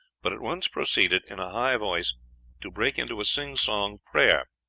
but at once proceeded in a high voice to break into a singsong prayer.